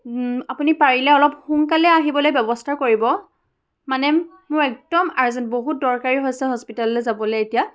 আপুনি পাৰিলে অলপ সোনকালে আহিবলৈ ব্যৱস্থা কৰিব মানে মোৰ একদম আৰ্জেণ্ট বহুত দৰকাৰী হৈছে হস্পিটেললৈ যাবলৈ এতিয়া